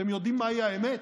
אתם יודעים מהי האמת?